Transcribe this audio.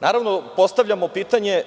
Naravno, postavljamo pitanje –